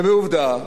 ובעובדה,